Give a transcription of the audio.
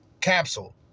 Capsule